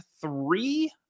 three